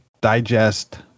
digest